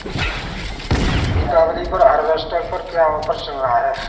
दीपावली पर हार्वेस्टर पर क्या ऑफर चल रहा है?